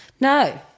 No